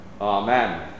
Amen